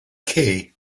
kaye